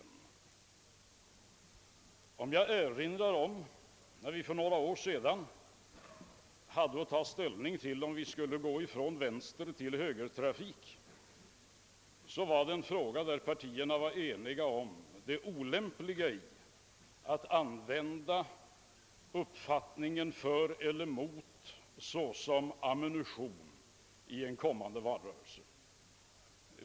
Jag kan erinra om att partierna, när de för några år sedan skulle ta ställning till om vi skulle övergå från vänstertill högertrafik, var eniga om det olämpliga i att använda uppfattningen för eller emot såsom ammunition i en kommande valrörelse.